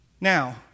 Now